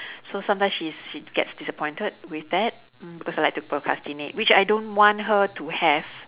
so sometimes she's she gets disappointed with that mm because I like to procrastinate which I don't want her to have